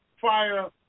fire